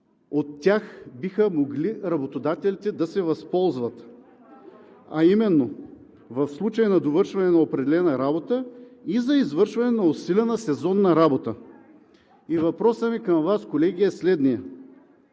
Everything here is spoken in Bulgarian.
от тях работодателите биха могли да се възползват, а именно в случай на довършване на определена работа и за извършване на усилена сезонна работа. Въпросът ми към Вас, колеги, е следният: